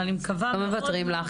לא מוותרים לך.